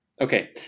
Okay